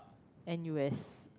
N U_S